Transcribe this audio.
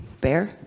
Bear